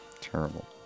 terrible